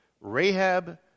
Rahab